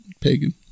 pagan